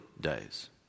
days